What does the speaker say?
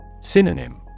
Synonym